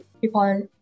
people